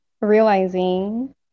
realizing